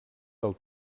del